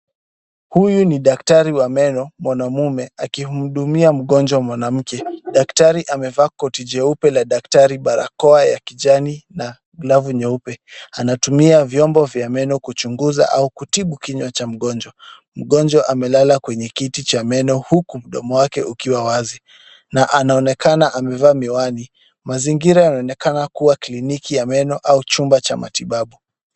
Huyu ni daktari wa meno mwanamume, akimhudumia mgonjwa mwanamke. Daktari amevaa koti jeupe la daktari, barakoa ya kijani na glavu nyeupe, anatumia vyombo vya meno kuchunguza au kutibu kinywa cha mgonjwa. Mgonjwa amelala kwenye kiti cha meno huku mdomo wake ukiwa wazi, na anaonekana amevaa miwani. Mazingira yanaonekana kuwa kiliniki ya meno au chumba cha matibabu.